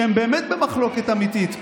שהם באמת במחלוקת אמיתית,